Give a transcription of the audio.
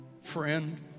friend